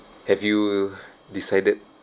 have you decided